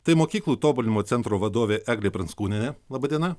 tai mokyklų tobulinimo centro vadovė eglė pranckūnienė laba diena